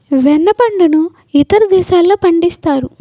వెన్న పండును ఇతర దేశాల్లో పండిస్తారు